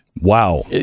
Wow